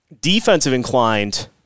defensive-inclined